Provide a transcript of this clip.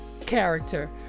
character